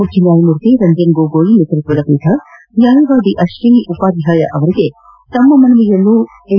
ಮುಖ್ಯ ನ್ಯಾಯಮೂರ್ತಿ ರಂಜನ್ ಗೊಗೋಯ್ ನೇತೃತ್ವದ ಪೀಠ ನ್ಯಾಯವಾದಿ ಅಶ್ವಿನಿ ಉಪಾಧ್ಯಾಯ ಅವರಿಗೆ ತಮ್ಮ ಮನವಿಯನ್ನು ಎನ್